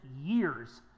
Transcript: years